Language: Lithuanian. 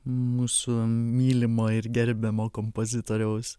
mūsų mylimo ir gerbiamo kompozitoriaus